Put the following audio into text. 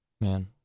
Man